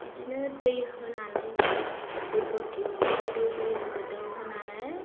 बिदिनो दै होनानै दैखौ थिग गोदौहोयो गोदौ होनानै